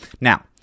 Now